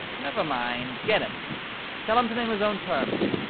never mind. get him tell him to name his own terms.